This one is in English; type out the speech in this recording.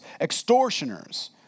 extortioners